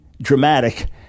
dramatic